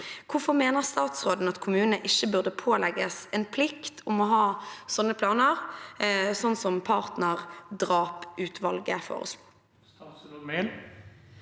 Hvorfor mener statsråden at kommunene ikke burde pålegges en plikt om å ha slike planer, slik Partnerdrapsutvalget foreslo?»